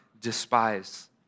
despise